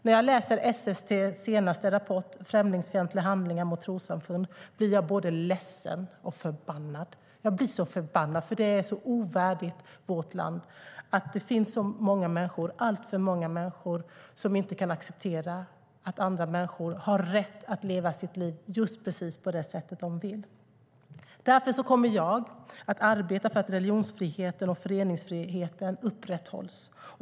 När jag läser SST:s senaste rapport Främlingsfientliga handlingar mot trossamfund blir jag både ledsen och förbannad. Jag blir så förbannad, för det är ovärdigt vårt land att det finns så många människor, alltför många människor, som inte kan acceptera att andra människor har rätt att leva sitt liv just på det sätt de vill. Därför kommer jag att arbeta för att religionsfriheten och föreningsfriheten upprätthålls.